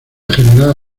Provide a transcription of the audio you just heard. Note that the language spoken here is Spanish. general